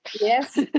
Yes